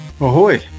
Ahoy